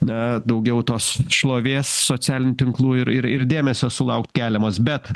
na daugiau tos šlovės socialinių tinklų ir ir ir dėmesio sulaukt keliamos bet